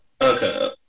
Okay